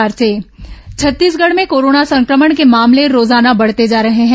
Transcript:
corona मरीज छत्तीसगढ़ में corona संक्रमण के मामले रोजाना बढ़ते जा रहे हैं